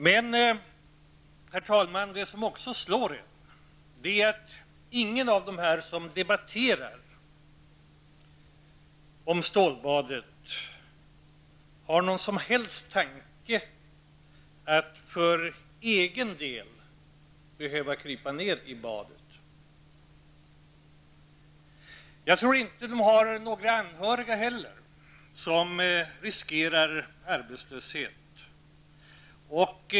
Men, herr talman, det som också slår en är att ingen av dem som debatterar om stålbadet har någon som helst tanke på att för egen del behöva krypa ned i badet. Jag tror inte att de har några anhöriga heller som riskerar arbetslöshet.